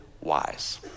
wise